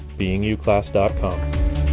Beinguclass.com